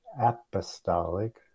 apostolic